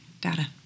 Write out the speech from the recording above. data